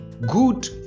good